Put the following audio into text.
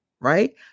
right